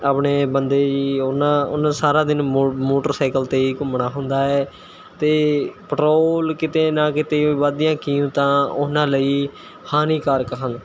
ਆਪਣੇ ਬੰਦੇ ਜੀ ਉਹਨਾਂ ਉਹਨਾਂ ਸਾਰਾ ਦਿਨ ਮੋ ਮੋਟਰਸਾਈਕਲ 'ਤੇ ਘੁੰਮਣਾ ਹੁੰਦਾ ਹੈ ਅਤੇ ਪੈਟਰੋਲ ਕਿਤੇ ਨਾ ਕਿਤੇ ਵੱਧਦੀਆਂ ਕੀਮਤਾਂ ਉਹਨਾਂ ਲਈ ਹਾਨੀਕਾਰਕ ਹਨ